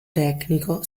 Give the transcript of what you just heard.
tecnico